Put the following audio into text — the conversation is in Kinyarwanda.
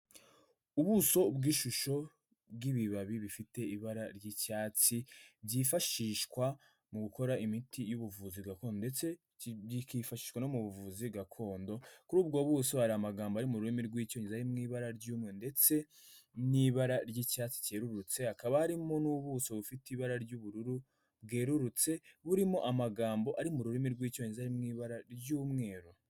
Ubuso bw'ishusho bw'ibibabi bifite ibara ry'icyatsi, byifashishwa mu gukora imiti y'ubuvuzi gakondo, ndetse bikifashishwa mu buvuzi gakondo. Kuri ubwo buso hari amagambo ari mu rurimi rw'Icyongereza ari mu ibara ry'umweru, ndetse n'ibara ry'icyatsi cyerurutse, hakaba harimo n'ubuso bufite ibara ry'ubururu bwerurutse, burimo amagambo ari mu rurimi rw'Icyongereza ari mu ibara ry'umweru.